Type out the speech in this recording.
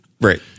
right